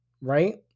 Right